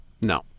No